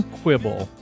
quibble